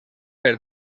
per